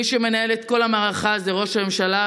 מי שמנהל את כל המערכה זה ראש הממשלה,